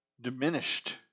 diminished